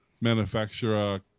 manufacturer